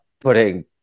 putting